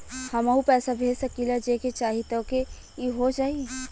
हमहू पैसा भेज सकीला जेके चाही तोके ई हो जाई?